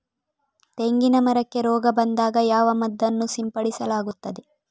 ತೆಂಗಿನ ಮರಕ್ಕೆ ರೋಗ ಬಂದಾಗ ಯಾವ ಮದ್ದನ್ನು ಸಿಂಪಡಿಸಲಾಗುತ್ತದೆ?